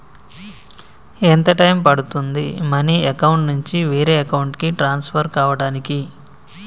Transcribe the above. ఎంత టైం పడుతుంది money account నుంచి వేరే అకౌంట్ కి ట్రాన్స్ఫర్ కావటానికి?